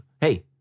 Hey